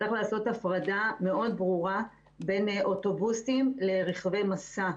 צריך לעשות הפרדה מאוד ברורה בין אוטובוסים לרכבי משא.